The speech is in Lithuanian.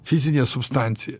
fizinė substancija